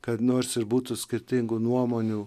kad nors ir būtų skirtingų nuomonių